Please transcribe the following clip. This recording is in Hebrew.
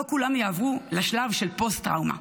לא כולם יעברו לשלב של פוסט-טראומה.